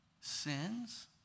sins